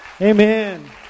Amen